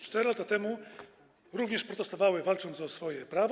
4 lata temu również protestowali, walcząc o swoje prawa.